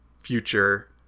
future